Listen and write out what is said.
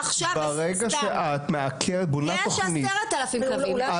ברגע שאת בונה תוכנית --- יש 10 אלפים כלבים --- אז